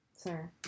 Sir